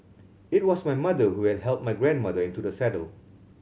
it was my mother who had help my grandmother into the saddle